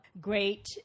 great